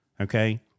okay